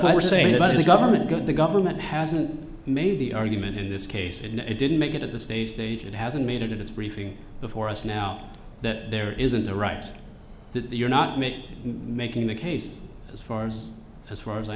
what we're saying about the government good the government hasn't made the argument in this case and it didn't make it at the stage date it hasn't made it it's briefing before us now that there isn't the right that you're not make making the case as far as as far as i